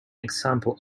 example